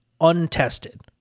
untested